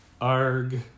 Arg